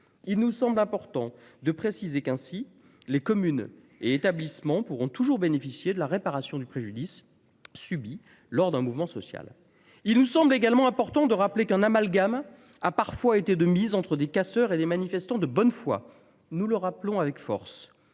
Il nous semble important de préciser que les communes et établissements pourront ainsi toujours bénéficier de la réparation du préjudice subi lors d’un mouvement social. Il nous semble également important de rappeler qu’un amalgame a parfois été de mise entre des casseurs et des manifestants de bonne foi. Nous le rappelons avec force